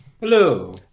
Hello